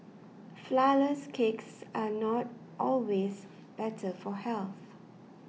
Flourless Cakes are not always better for health